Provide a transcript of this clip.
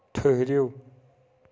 ٹھٕہرِو